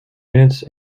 minutes